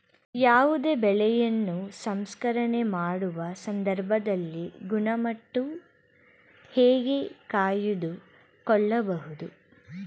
ಯಾವುದೇ ಬೆಳೆಯನ್ನು ಸಂಸ್ಕರಣೆ ಮಾಡುವ ಸಂದರ್ಭದಲ್ಲಿ ಗುಣಮಟ್ಟ ಹೇಗೆ ಕಾಯ್ದು ಕೊಳ್ಳಬಹುದು?